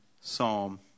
Psalm